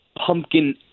pumpkin